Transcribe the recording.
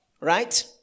right